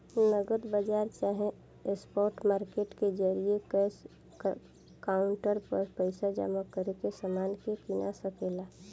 नगद बाजार चाहे स्पॉट मार्केट के जरिये कैश काउंटर पर पइसा जमा करके समान के कीना सके ला